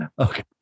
okay